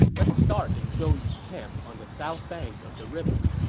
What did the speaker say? let's start in zhou yu's camp on the south bank of the river.